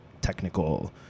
technical